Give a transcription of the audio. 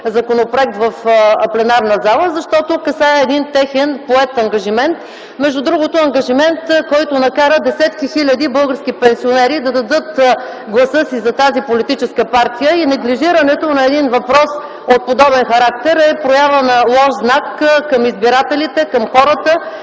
законопроект в пленарната зала, защото касае един поет техен ангажимент, между другото, ангажимент, който накара десетки български пенсионери да дадат гласа си за тази политическа партия. Неглижирането на един въпрос от подобен характер е проява на лош знак към избирателите, към хората,